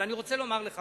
אבל אני רוצה לומר לך,